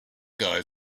guy